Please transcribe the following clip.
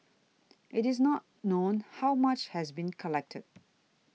it is not known how much has been collected